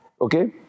okay